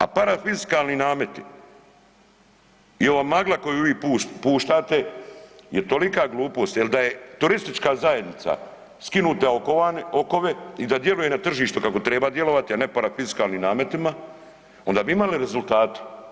A parafiskalni nameti i ova magla koju vi puštate je tolika glupost jel da je turistička zajednica skinute okovane, okove i da djeluje na tržištu kako treba djelovati, a ne parafiskalnim nametima onda bi imali rezultate.